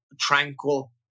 tranquil